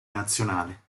nazionale